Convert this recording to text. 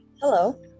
Hello